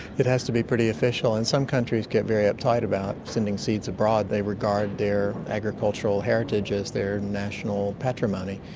it has to be pretty official, and some countries get very uptight about sending seeds abroad, they regard their agricultural heritage as their national patrimony.